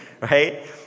right